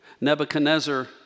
Nebuchadnezzar